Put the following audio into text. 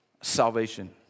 salvation